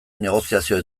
negoziazioa